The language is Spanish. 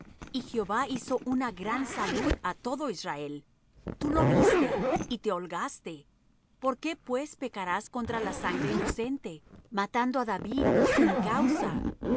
y jehová hizo una gran salud á todo israel tú lo viste y te holgaste por qué pues pecarás contra la sangre inocente matando á david sin causa